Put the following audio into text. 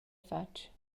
fatg